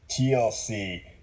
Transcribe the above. TLC